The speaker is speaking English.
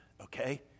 okay